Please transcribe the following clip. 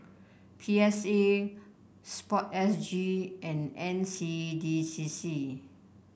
P S A sport S G and N C D C C